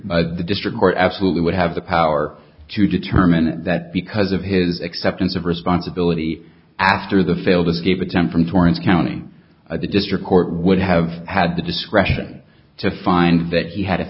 by the district court absolutely would have the power to determine that because of his acceptance of responsibility after the failed of gave attempt from torrance county a district court would have had the discretion to find that he had